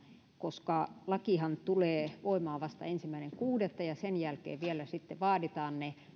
koska lakihan tulee voimaan vasta ensimmäinen kuudetta ja sen jälkeen vielä sitten vaaditaan se